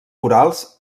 corals